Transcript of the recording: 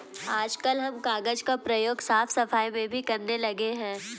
आजकल हम कागज का प्रयोग साफ सफाई में भी करने लगे हैं